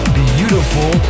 beautiful